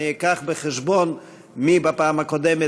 אביא בחשבון מי בפעם הקודמת,